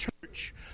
church